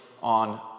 on